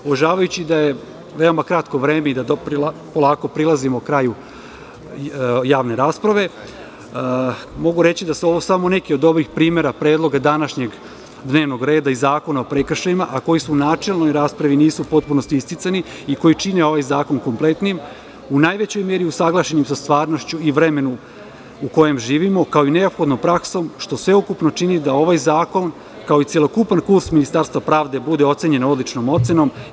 Uvažavajući da je veoma kratko vreme i da polako prilazimo kraju javne rasprave, mogu reći da su ovo samo neki od primera današnjeg dnevnog reda i Zakona o prekršajima koji u načelnoj raspravi nisu u potpunosti isticani i koji čine ovaj zakon kompletnim, u najvećoj meri usaglašeni sa stvarnošću i vremenu u kojem živimo, kao i neophodnom praksom, što sveukupno čini da ovaj zakon, kao i celokupni kurs Ministarstva pravde, bude ocenjen odličnom ocenom.